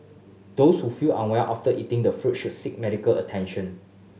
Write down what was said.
those who feel unwell after eating the fruits should seek medical attention